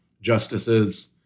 justices